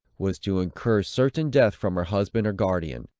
was to incur certain death from her husband or guardian.